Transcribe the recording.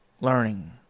learning